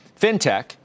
FinTech